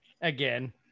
Again